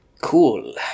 Cool